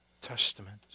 Testament